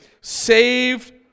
saved